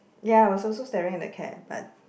ya I was also staring at the cat but